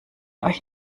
euch